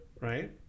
right